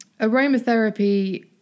aromatherapy